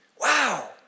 Wow